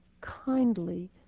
kindly